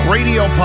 Radio